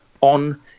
on